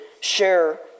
share